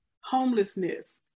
homelessness